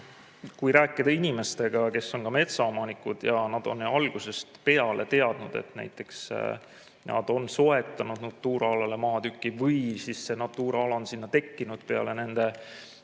Kui rääkida inimestega, kes on metsaomanikud ja on algusest peale teadnud, et näiteks nad on soetanud Natura alale maatüki või Natura ala on sinna tekkinud peale nende